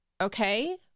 okay